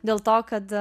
dėl to kad